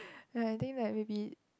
ya I think that maybe